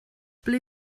ble